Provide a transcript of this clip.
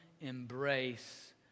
embrace